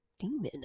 demon